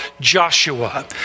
Joshua